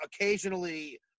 Occasionally